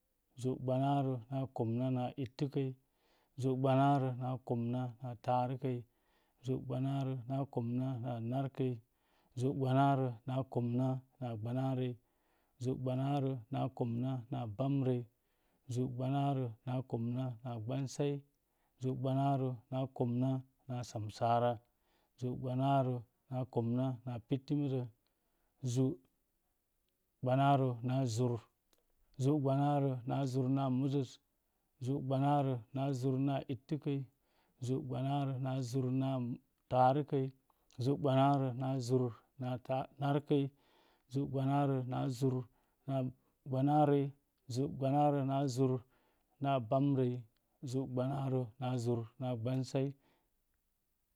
Zu' gbanaarə naa komna naa ittəkəl zu' gbanaarə naa komna naa taarəkəl zu' gbanaarə naa komna naa narkəl zu' gbanaarə naa komna naa gbanaarəl zu' gbanaarə naa komna naa bamrəl zu' gbanaarə naa komna naa gbansai zu' gbanaarə naa komna naa samsaara zu' gbanaarə naa komna naa pitimuzo zu' gbanaarə naa komna naa zuur zu' gbanaarə naa zur naa muzo zu' gbanaarə naa zur naa ittəkəl zu' gbanaarə naa zur naa taarəkəl zu' gbanaarə naa zur naa narkəl zu' gbanaarə naa zur naa gbanarəl zu' gbanaarə naa zur naa bamrəl zu' gbanaarə naa zur naa gbansai